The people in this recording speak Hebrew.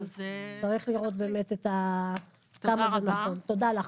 תודה רבה.